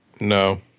No